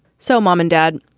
so mom and dad,